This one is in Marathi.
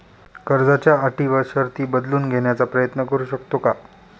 कर्जाच्या अटी व शर्ती बदलून घेण्याचा प्रयत्न करू शकतो का?